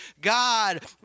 God